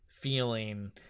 feeling